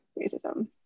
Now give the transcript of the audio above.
racism